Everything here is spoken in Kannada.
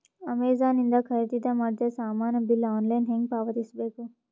ಅಮೆಝಾನ ಇಂದ ಖರೀದಿದ ಮಾಡಿದ ಸಾಮಾನ ಬಿಲ್ ಆನ್ಲೈನ್ ಹೆಂಗ್ ಪಾವತಿಸ ಬೇಕು?